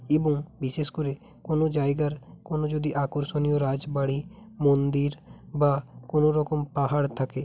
এবং বিশেষ করে কোনো জায়গার কোনো যদি আকর্ষণীয় রাজবাড়ি মন্দির বা কোনো রকম পাহাড় থাকে